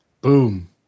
Boom